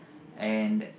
and